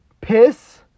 piss